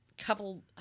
couple